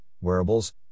wearables